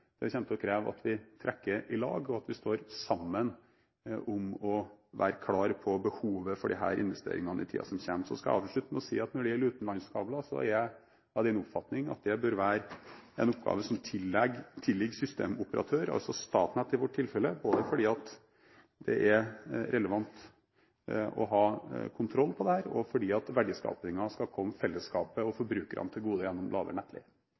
til å kreve at vi trekker i lag, og at vi står sammen om å være klare på behovet for disse investeringene i tiden som kommer. Så skal jeg avslutte med å si at når det gjelder utenlandskabler, er jeg av den oppfatning at det bør være en oppgave som tilligger systemoperatør – altså Statnett i vårt tilfelle – både fordi det er relevant å ha kontroll på dette, og fordi verdiskapingen skal komme fellesskapet og forbrukerne til gode gjennom lavere nettleie.